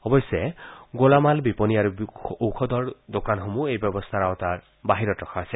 অৱশ্যে গোলামাল বিপণি আৰু ঔষধৰ দোকানসমূহক এই ব্যৱস্থাৰ আওতাৰ বাহিৰত ৰখা হৈছে